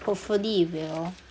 hopefully it will